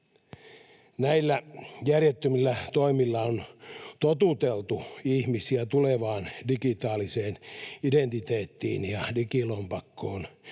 Näillä järjettömillä toimilla on totuteltu ihmisiä tulevaan digitaaliseen identiteettiin ja digilompakkoon,